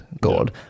God